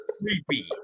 creepy